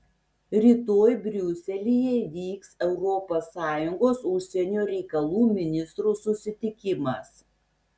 rytoj briuselyje įvyks europos sąjungos užsienio reikalų ministrų susitikimas